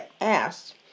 asked